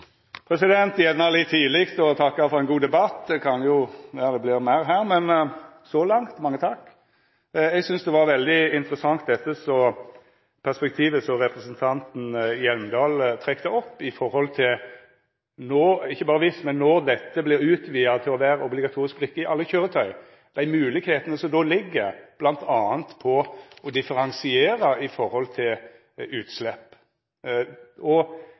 gjerne litt tidleg å takka for ein god debatt. Det kan jo vera det vert meir her, men så langt: Mange takk! Eg synest det var veldig interessant det perspektivet som representanten Hjemdal trekte opp, om når – ikkje berre viss – dette vert utvida til å vera ei obligatorisk brikke i alle køyretøy, og dei moglegheitene som då ligg der, m.a. til å differensiera når det gjeld utslepp.